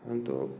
अहन्तु